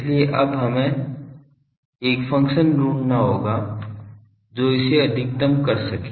इसलिए अब हमें एक फ़ंक्शन ढूंढना होगा जो इसे अधिकतम कर सके